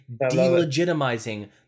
delegitimizing